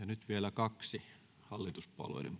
nyt vielä kaksi